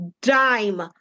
dime